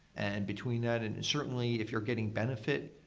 and between that and and certainly, if you're getting benefit,